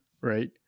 right